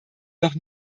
noch